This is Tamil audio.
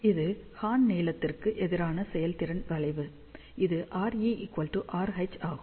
இது ஹார்ன் நீளத்திற்கு எதிரான செயல்திறன் வளைவு இது RE RH ஆகும்